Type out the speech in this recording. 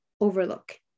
overlook